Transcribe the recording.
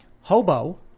hobo